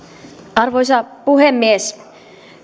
arvoisa puhemies